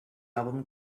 album